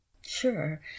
Sure